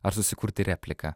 ar susikurti repliką